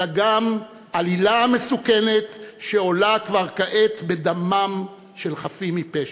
אלא גם עלילה מסוכנת שעולה כבר כעת בדמם של חפים מפשע.